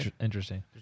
Interesting